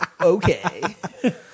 okay